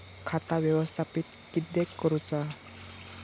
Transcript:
खाता व्यवस्थापित किद्यक करुचा?